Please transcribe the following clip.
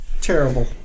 Terrible